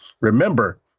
Remember